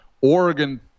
Oregon